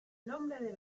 nombre